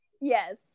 Yes